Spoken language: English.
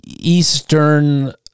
Eastern